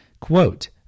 Quote